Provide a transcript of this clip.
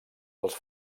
els